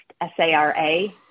S-A-R-A